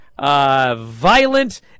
violent